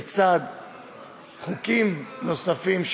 לצד חוקים נוספים,